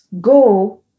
go